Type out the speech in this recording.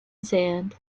sand